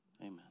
Amen